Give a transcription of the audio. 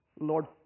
Lord